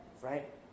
right